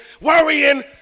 worrying